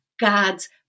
God's